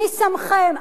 מי שמכם?